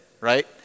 right